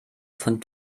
von